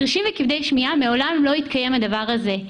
אצל חירשים וכבדי שמיעה לא התקיים מעולם הדבר הזה.